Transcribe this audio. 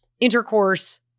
intercourse